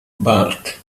bulk